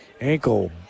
ankle